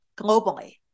globally